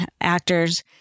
actors